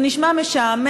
זה נשמע משעמם.